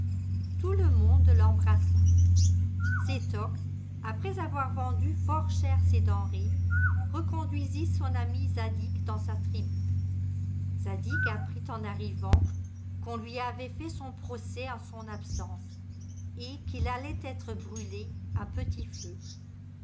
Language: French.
tout le monde l'embrassa sétoc après avoir vendu fort cher ses denrées reconduisit son ami zadig dans sa tribu zadig apprit en arrivant qu'on lui avait fait son procès en son absence et qu'il allait être brûlé à petit feu